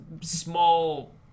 small